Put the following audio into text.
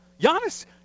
Giannis